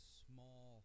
small